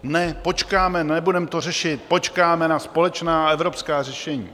Ne, počkáme, nebudeme to řešit, počkáme na společná evropská řešení.